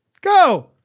go